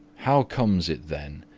how comes it, then,